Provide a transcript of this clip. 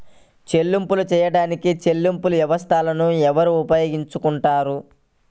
చెల్లింపులు చేయడానికి చెల్లింపు వ్యవస్థలను ఎవరు ఉపయోగించుకొంటారు?